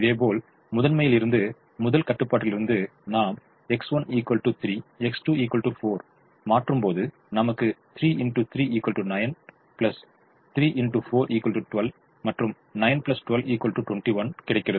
இதேபோல் முதன்மையிலிருந்து முதல் கட்டுப்பாட்டிலிருந்து நாம் X1 3 X2 4 மாற்றும்போது நமக்கு 9 12 மற்றும் 9 12 21 கிடைக்கிறது